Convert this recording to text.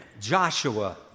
Joshua